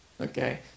Okay